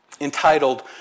entitled